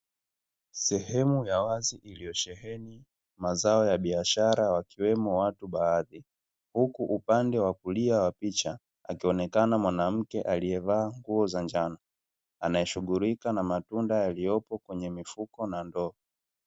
Sehemu ya wazi iliyosheheni mazao ya biashara wakiwemo watu baadhi, huku upande wa kulia wa picha akionekana mwanamke aliyevaa njano anaeshughulika na matunda yaliyopo kwenye mifuko na ndoo.